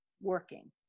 working